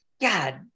God